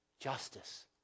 justice